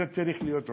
זו צריכה להיות עובדה.